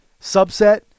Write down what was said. subset